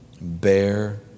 bear